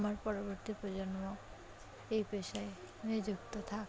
আমার পরবর্তী প্রজন্ম এই পেশায় নিয়ে যুক্ত থাক